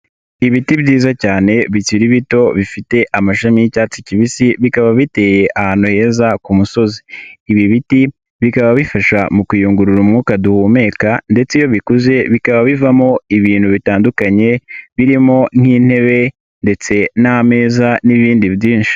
Ibiti byiza cyane bikiri bito bifite amashami y'icyatsi kibisi, bikaba biteye ahantu heza ku musozi. Ibi biti bikaba bifasha mu kuyungurura umwuka duhumeka ndetse iyo bikuze bikaba bivamo ibintu bitandukanye birimo nk'intebe ndetse n'ameza n'ibindi byinshi.